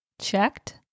checked